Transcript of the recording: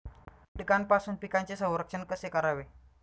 कीटकांपासून पिकांचे संरक्षण कसे करावे?